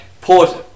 Port